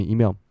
Email